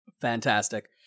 Fantastic